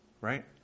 right